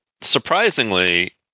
surprisingly